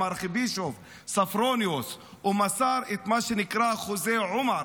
הארכיבישוף סופרוניוס ומסר את מה שנקרא "חוזה עומר",